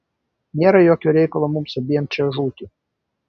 nėra jokio reikalo mums abiem čia žūti